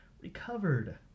recovered